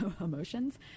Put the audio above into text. emotions